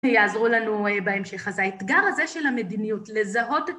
יעזרו לנו בהמשך. אז האתגר הזה של המדיניות לזהות את...